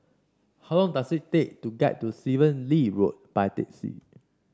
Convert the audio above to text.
how long does it take to get to Stephen Lee Road by taxi